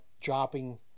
dropping